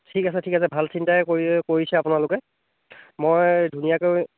ঠিক আছে ঠিক আছে ভাল চিন্তাই ক কৰি কৰিছে আপোনালোকে মই ধুনীয়াকৈ